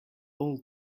all